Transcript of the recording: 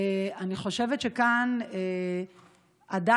אני חושבת שכאן עדיין